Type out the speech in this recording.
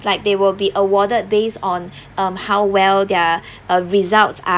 like they will be awarded based on um how well their uh results are